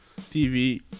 TV